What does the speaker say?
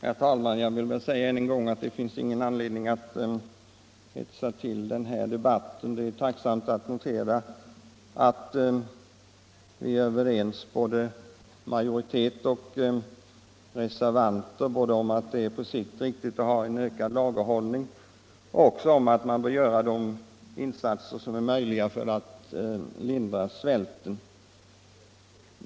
Herr talman! Jag vill säga än en gång att det inte finns anledning att hetsa till den här debatten. Jag noterar tacksamt att majoritet och reservanter är överens både om att det på sikt är riktigt att ha en ökad lagerhållning och om att man bör göra de insatser som är möjliga för att lindra svälten i världen.